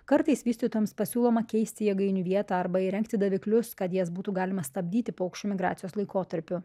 kartais vystytojams pasiūloma keisti jėgainių vietą arba įrengti daviklius kad jas būtų galima stabdyti paukščių migracijos laikotarpiu